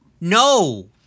No